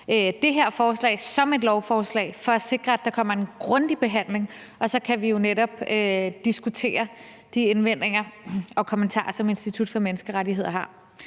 det her forslag som et lovforslag for at sikre, at der kommer en grundig behandling, og så kan vi jo netop diskutere de indvendinger og kommentarer, som Institut for Menneskerettigheder har.